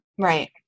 Right